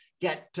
get